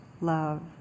love